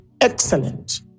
excellent